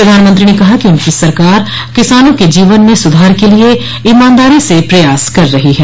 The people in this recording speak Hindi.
प्रधानमंत्री ने कहा कि उनकी सरकार किसानों के जीवन में सुधार के लिए ईमानदारी से प्रयास कर रही है